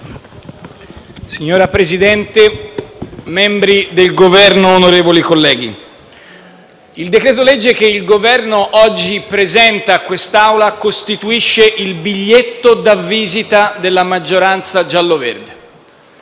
Signor Presidente, onorevoli colleghi, il decreto-legge che il Governo oggi presenta a quest'Assemblea costituisce il biglietto da visita della maggioranza giallo-verde.